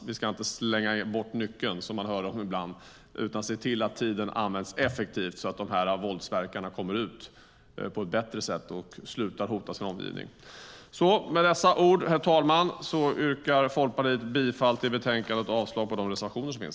Vi ska inte slänga bort nyckeln, som man hör om ibland, utan se till att tiden används effektivt så att de här våldsverkarna kommer ut på ett bättre sätt och slutar hota sin omgivning. Herr talman! Folkpartiet yrkar bifall till förslaget i betänkandet och avslag på de reservationer som finns.